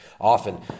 often